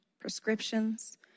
prescriptions